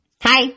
Hi